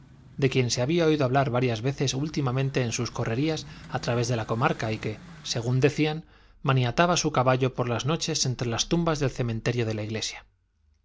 de quien se había oído hablar varias veces últimamente en sus correrías a través de la comarca y que según decían maniataba su caballo por las noches entre las tumbas del cementerio de la iglesia